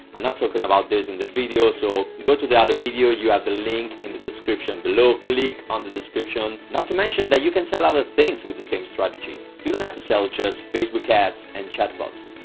i'm not talking about this in this video, so go to the other video you have the link in the description, below click on the description. not to mention, that you can sell other things with the same strategy. you don't have to sell just facebook ads and chat bots.